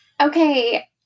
Okay